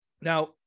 Now